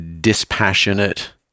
dispassionate